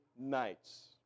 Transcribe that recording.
nights